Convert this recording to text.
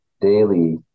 daily